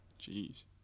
Jeez